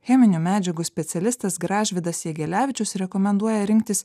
cheminių medžiagų specialistas gražvydas jegelevičius rekomenduoja rinktis